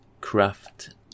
craft